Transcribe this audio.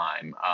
time